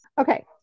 Okay